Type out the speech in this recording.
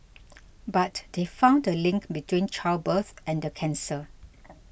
but they found a link between childbirth and the cancer